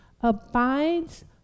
abides